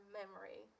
memory